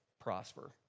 prosper